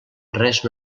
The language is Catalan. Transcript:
res